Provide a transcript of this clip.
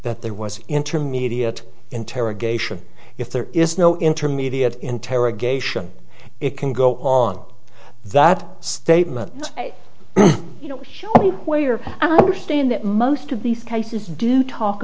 that there was intermediate interrogation if there is no intermediate interrogation it can go on that statement show me where i understand that most of these cases do talk